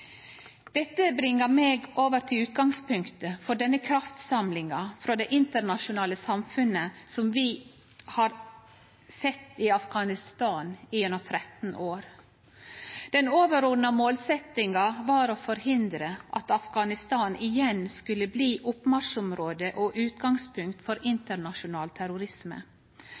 Dette bringar meg over til utgangspunktet for denne kraftsamlinga frå det internasjonale samfunnet som vi har sett i Afghanistan gjennom 13 år. Den overordna målsettinga var å forhindre at Afghanistan igjen skulle bli oppmarsjområde og utgangspunkt for internasjonal terrorisme.